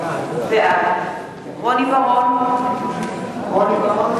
בעד רוני בר-און,